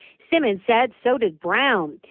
simmons says so did round.